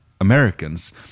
Americans